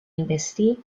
investi